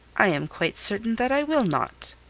i am quite certain that i will not.